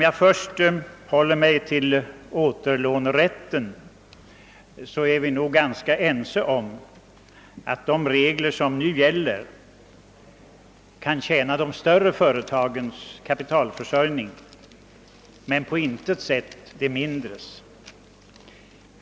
Vad återlånerätten beträffar är vi väl ganska ense om att den enligt de regler som nu gäller kan tjäna de större företagens kapitalförsörjning men på intet sätt de mindre företagens.